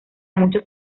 muchos